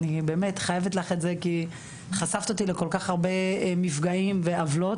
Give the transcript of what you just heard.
אני באמת חייבת לך את זה כי חשפת אותי לכל כך הרבה מפגעים ועוולות.